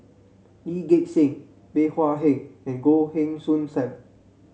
Lee Gek Seng Bey Hua Heng and Goh Heng Soon Sam